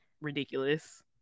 Ridiculous